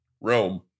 Rome